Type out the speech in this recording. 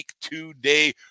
today